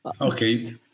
Okay